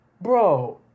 bro